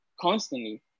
constantly